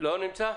נמצא.